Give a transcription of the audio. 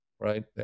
right